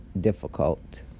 difficult